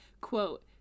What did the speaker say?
quote